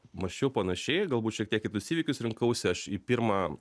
mąsčiau panašiai galbūt šiek tiek kitus įvykius rinkausi aš į pirmą